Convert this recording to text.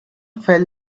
fell